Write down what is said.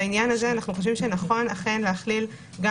בעניין הזה אנו חושבים שנכון להכליל גם